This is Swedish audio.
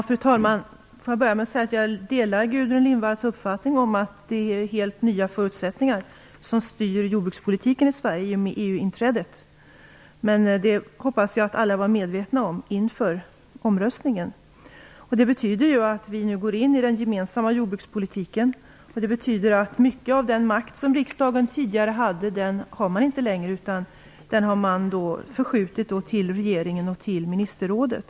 Fru talman! Jag börjar med att säga att jag delar Gudrun Lindvalls uppfattning att det är helt nya förutsättningar som styr jordbrukspolitiken i Sverige i och med EU-inträdet. Det hoppas jag att alla var medvetna om inför omröstningen. Det betyder att vi nu går in i den gemensamma jordbrukspolitiken och att mycket av den makt som riksdagen tidigare hade inte längre finns där, utan den har man förskjutit till regeringen och ministerrådet.